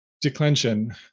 declension